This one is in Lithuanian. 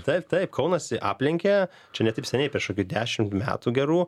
taip taip kaunas jį aplenkė čia ne taip seniai prieš kokį dešimt metų gerų